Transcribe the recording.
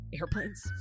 Airplanes